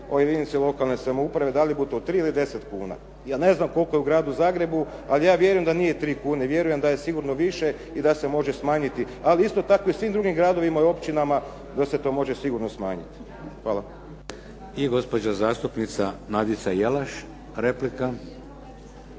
o jedinici lokalne samouprave da li bude to 3 ili 10 kuna. Ja ne znam koliko je u Gradu Zagrebu ali vjerujem da nije 3 kune, vjerujem da je sigurno više i da se može smanjiti. Ali isto tako i u svim drugim gradovima i općinama da se to može sigurno smanjiti. Hvala. **Šeks, Vladimir (HDZ)** I gospođa zastupnica Nadica Jelaš replika.